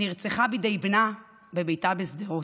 נרצחה בידי בנה בביתה בשדרות,